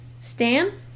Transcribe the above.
Stan